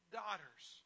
daughters